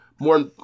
more